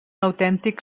autèntic